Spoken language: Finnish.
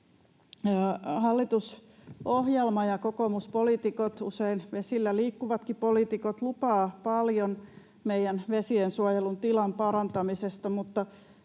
Hallitusohjelma ja kokoomuspoliitikot, usein vesillä liikkuvatkin poliitikot, lupaavat paljon meidän vesiensuojelun tilan parantamisesta,